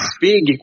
big